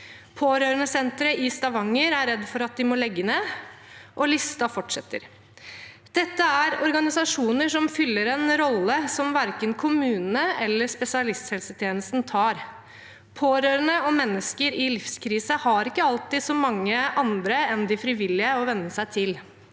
Pårørendesenteret i Stavanger er redd for at de må legge ned, og listen fortsetter. Dette er organisasjoner som fyller en rolle som verken kommunene eller spesialisthelsetjenesten tar. Pårørende og mennesker i livskrise har ikke alltid så mange andre enn de frivillige å vende seg til.